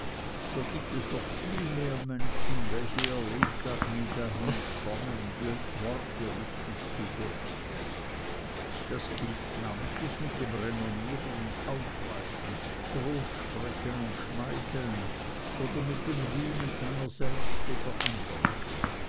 so gibt es noch viel mehr menschen welche ihr lebtag nie dahin kommen die worte richtig zu würdigen das gilt namentlich mit dem renommieren und aufweisen großsprechen und schmeicheln oder mit dem rühmen seiner selbst oder anderer